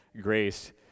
grace